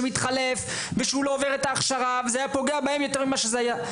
שמתחלף ושהוא לא עובר את ההכשרה וזה היה פוגע בהם יותר ממה שזה היה.